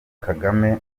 kagame